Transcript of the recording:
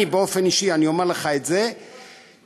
אני באופן אישי, אני אומר לך את זה, למה?